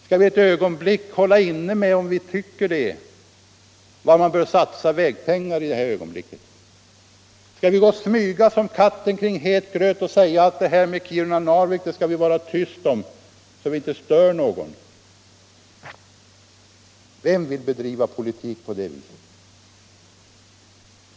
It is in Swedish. Skall vi ett ögonblick hålla inne med var vi tycker att man bör satsa vägpengar i det här ögonblicket? Skall vi smyga som katten kring het gröt och säga: Vägen mellan Kiruna och Narvik skall vi hålla tyst om, så att vi inte stör någon? Vem vill bedriva politik på det viset?